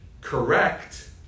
correct